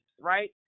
right